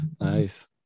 Nice